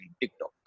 TikTok